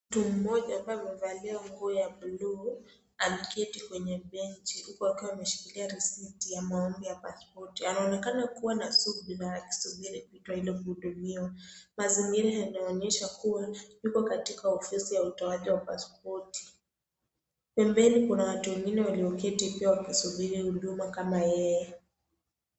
Mtu mmoja ambaye amevalia nguo ya blu ameketi kwenye benchi huku akiwa ameshikilia risiti ya maombi ya pasipoti anaonekana kuwa na subira akisubiri kuitwa ili kuhudumiwa mazingira yanaonyesha kuwa yuko katika ofisi ya utoaji wa pasipoti. Pembeni kuna watu wengine walioketi pia wakisubiri huduma kama yeye.